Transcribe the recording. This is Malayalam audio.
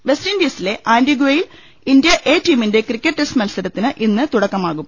വെസ്റ്റ്ഡീസിലെ ആന്റിഗ്വയിൽ ഇന്ത്യ എ ടീമിന്റെ ക്രിക്കറ്റ് ടെസ്റ്റ് മത്സരത്തിന് ഇന്ന് തുടക്കമാകും